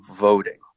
voting